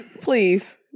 please